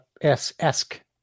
esque